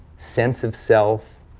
sense of self,